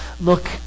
Look